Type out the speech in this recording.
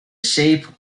shape